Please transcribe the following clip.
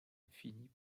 finit